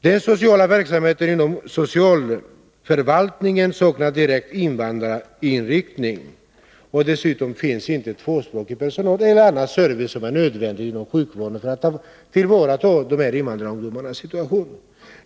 Den sociala verksamheten inom socialförvaltningen saknar direkt invandrarinriktning.” Dessutom finns inte tvåspråkig personal eller annan service som är nödvändig inom sjukvården för att tillvarata de här invandrarungdomarnas behov.